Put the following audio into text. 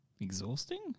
Exhausting